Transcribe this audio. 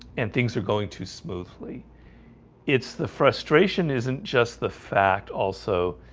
and things are going too smoothly it's the frustration isn't just the fact also